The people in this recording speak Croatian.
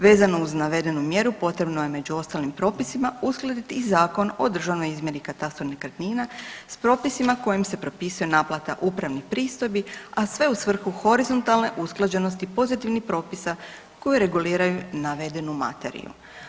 Vezano uz navedenu mjeru potrebno je među ostalim propisima uskladiti i Zakon o državnoj izmjeri i katastru nekretnina s propisima kojim se propisuje naplata upravnih pristojbi, a sve u svrhu horizontalne usklađenosti pozitivnih propisa koji reguliraju navedenu materiju.